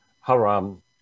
haram